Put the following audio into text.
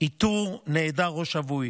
איתור נעדר או שבוי.